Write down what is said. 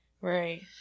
Right